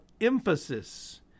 emphasis